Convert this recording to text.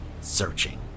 searching